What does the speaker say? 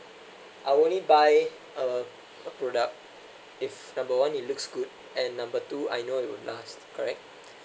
I only buy uh a product if number one it looks good and number two I know it would last correct